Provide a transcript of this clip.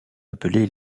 appelés